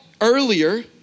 earlier